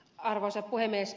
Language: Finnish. arvoisa puhemies